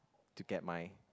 to get my